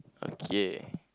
okay